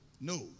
No